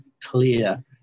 clear